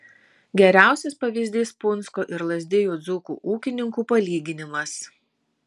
geriausias pavyzdys punsko ir lazdijų dzūkų ūkininkų palyginimas